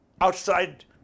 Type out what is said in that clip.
outside